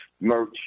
merch